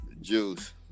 juice